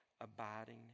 Abiding